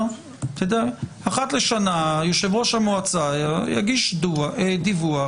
אחת לשנה יושב ראש המועצה יגיש דיווח